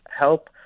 help